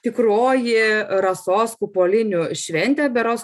tikroji rasos kupolinių šventė berods